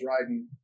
riding